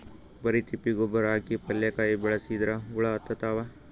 ಬರಿ ತಿಪ್ಪಿ ಗೊಬ್ಬರ ಹಾಕಿ ಪಲ್ಯಾಕಾಯಿ ಬೆಳಸಿದ್ರ ಹುಳ ಹತ್ತತಾವ?